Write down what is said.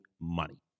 money